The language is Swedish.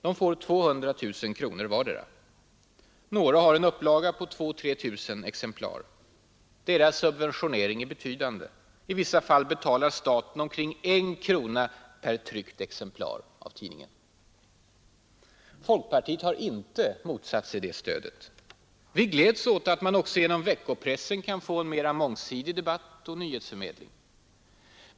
De får 200 000 kronor vardera. Några har en upplaga på 2 000—3 000 exemplar. Deras subventionering är betydande: i vissa fall betalar staten omkring 1 krona per tryckt exemplar av tidningen! Folkpartiet har inte motsatt sig det stödet. Vi gläds åt att man också genom veckopressen kan få en mer mångsidig debatt och nyhetsförmedling.